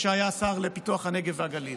כשהיה השר לפיתוח הנגב והגליל.